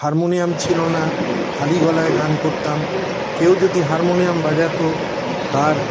harmonium ছিল না খালি গলায় গান করতাম কেউ যদি হারমোনিয়াম বাজাত তার